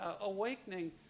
awakening